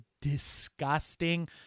disgusting